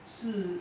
是